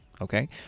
okay